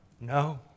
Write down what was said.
No